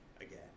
again